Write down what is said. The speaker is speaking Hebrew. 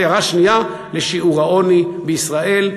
הערה שנייה, על שיעור העוני בישראל.